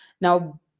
now